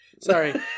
Sorry